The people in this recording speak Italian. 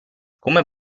come